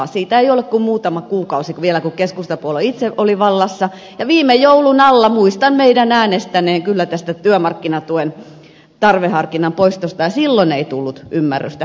siitä ei ole kuin muutama kuukausi kun keskustapuolue itse oli vallassa ja viime joulun alla muistan meidän äänestäneen kyllä tästä työmarkkinatuen tarveharkinnan poistosta ja silloin ei tullut ymmärrystä